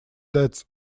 deaths